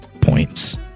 points